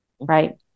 right